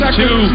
two